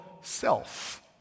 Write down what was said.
self